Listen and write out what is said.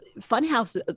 Funhouse